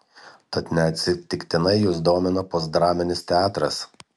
tad neatsitiktinai jus domina postdraminis teatras